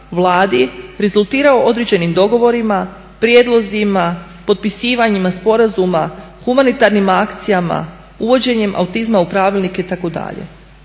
Vladi rezultirao određenim dogovorima, prijedlozima, potpisivanjima sporazuma, humanitarnim akcijama, uvođenjem autizma u pravilnike itd.